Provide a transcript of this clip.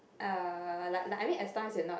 uh like like I mean as long as you're not